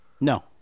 No